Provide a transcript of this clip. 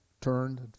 turned